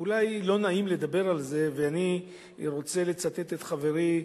אולי לא נעים לדבר על זה, ואני רוצה לצטט את חברי,